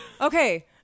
Okay